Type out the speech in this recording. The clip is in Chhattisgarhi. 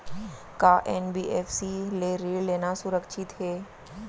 का एन.बी.एफ.सी ले ऋण लेना सुरक्षित हे?